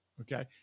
Okay